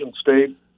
State